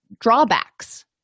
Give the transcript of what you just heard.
drawbacks